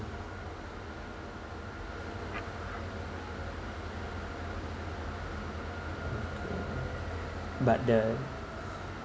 but the